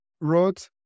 wrote